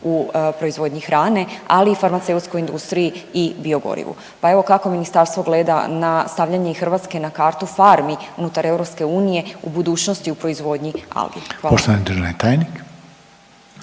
u proizvodnji hrane, ali i farmaceutskoj industriji i biogorivu. Pa evo kako ministarstvo gleda na stvaranje i Hrvatske na kartu farmi unutar EU u budućnosti u proizvodnji algi.